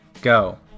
go